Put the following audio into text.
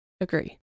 Agree